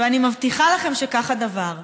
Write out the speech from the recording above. ואני מבטיחה לכם שכך הדבר,